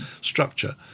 structure